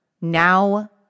now